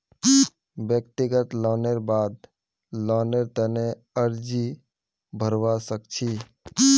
व्यक्तिगत लोनेर बाद लोनेर तने अर्जी भरवा सख छि